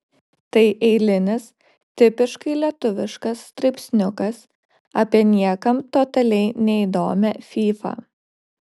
tai eilinis tipiškai lietuviškas straipsniukas apie niekam totaliai neįdomią fyfą